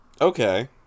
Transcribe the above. Okay